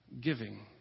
giving